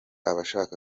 abashaka